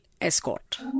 escort